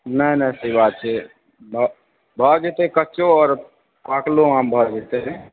नहि नहि से बात छै भऽ जेतै कच्चो आओर पाकलो आम भऽ जेतै